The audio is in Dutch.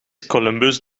columbus